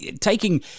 Taking